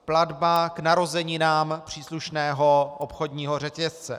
Platba k narozeninám příslušného obchodního řetězce.